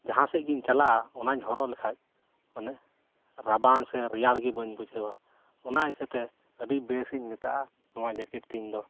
ᱡᱟᱦᱟᱸ ᱥᱮᱫ ᱜᱮᱧ ᱪᱟᱞᱟᱜᱼᱟ ᱚᱱᱟᱧ ᱦᱚᱨᱚᱜ ᱞᱮᱠᱷᱟᱱ ᱢᱟᱱᱮ ᱨᱟᱵᱟᱝ ᱥᱮ ᱨᱮᱭᱟᱲ ᱜᱮ ᱵᱟᱹᱧ ᱵᱩᱡᱷᱟᱹᱣᱟ ᱚᱱᱟ ᱤᱠᱷᱟᱹᱛᱮ ᱟᱹᱰᱤ ᱵᱮᱥᱮᱧ ᱢᱮᱛᱟᱜᱼᱟ ᱱᱚᱣᱟ ᱡᱮᱠᱮᱴ ᱛᱤᱧ ᱫᱚ